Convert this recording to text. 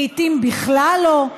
לעיתים בכלל לא?